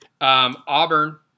Auburn